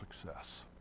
success